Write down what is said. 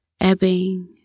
ebbing